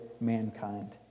mankind